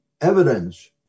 evidence